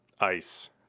Ice